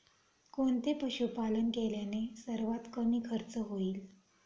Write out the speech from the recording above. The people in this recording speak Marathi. कोणते पशुपालन केल्याने सर्वात कमी खर्च होईल?